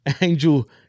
Angel